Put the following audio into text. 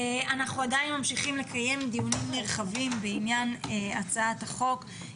אנחנו עדיין ממשיכים לקיים דיונים נרחבים בעניין הצעת החוק,